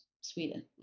Sweden